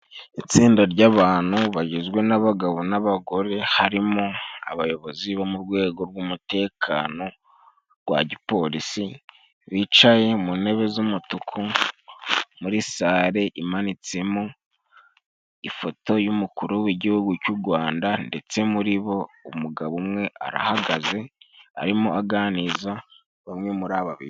Itsinda ry'abantu bagizwe n'abagabo n'abagore harimo abayobozi bo mu rwego rw'umutekano rwa gipolisi, bicaye mu ntebe z'umutuku, muri sale imanitsemo ifoto y'umukuru w'igihugu cy'u Rwanda, ndetse muri bo umugabo umwe arahagaze arimo aganiriza bamwe muri aba bicaye.